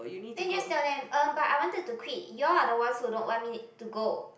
then just tell them um but I wanted to quit you all are the ones who don't want me to go